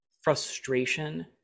frustration